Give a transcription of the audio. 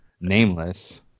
nameless